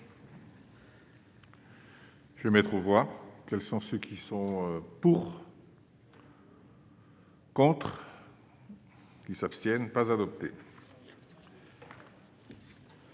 Je vais mettre aux voix, quels sont ceux qui sont pour. Qui s'abstiennent pas adopté.